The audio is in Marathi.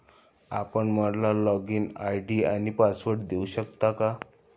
आपण मला लॉगइन आय.डी आणि पासवर्ड देऊ शकता का?